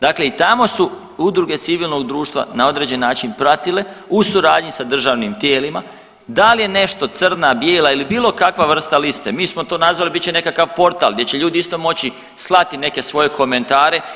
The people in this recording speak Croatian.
Dakle i tamo su udruge civilnog društva na određen način pratile u suradnji sa državnim tijelima da li je nešto crna, bijela ili bilo kakva vrsta liste, mi smo to nazvali bit će nekakav portal gdje će ljudi isto moći slati neke svoje komentare.